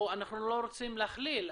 אנחנו לא רוצים להכליל,